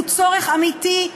הוא צורך אמיתי,